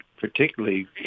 particularly